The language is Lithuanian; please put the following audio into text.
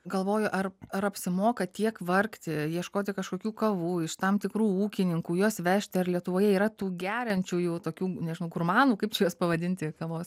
galvoju ar ar apsimoka tiek vargti ieškoti kažkokių kavų iš tam tikrų ūkininkų juos vežti ar lietuvoje yra tų geriančiųjų tokių nežinau gurmanų kaip čia juos pavadinti kavos